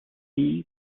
tea